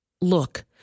Look